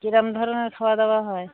কীরকম ধরনের খাওয়া দাওয়া হয়